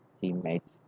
teammates